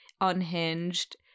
unhinged